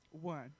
one